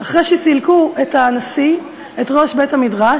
אחרי שסילקו את הנשיא, את ראש בית-המדרש,